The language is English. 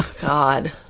god